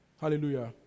Hallelujah